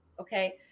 okay